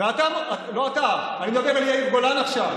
ואתה, לא אתה, אני מדבר אל יאיר גולן עכשיו.